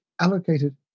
allocated